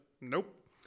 nope